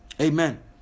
amen